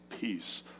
peace